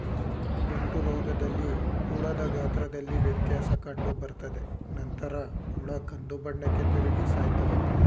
ಗಂಟುರೋಗದಲ್ಲಿ ಹುಳದ ಗಾತ್ರದಲ್ಲಿ ವ್ಯತ್ಯಾಸ ಕಂಡುಬರ್ತದೆ ನಂತರ ಹುಳ ಕಂದುಬಣ್ಣಕ್ಕೆ ತಿರುಗಿ ಸಾಯ್ತವೆ